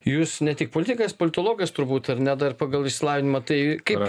jūs ne tik politikas politologas turbūt ar ne dar pagal išsilavinimą tai kaip